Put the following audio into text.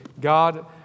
God